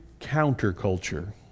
counterculture